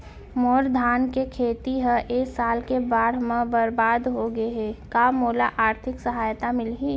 मोर धान के खेती ह ए साल के बाढ़ म बरबाद हो गे हे का मोला आर्थिक सहायता मिलही?